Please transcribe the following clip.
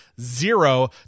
zero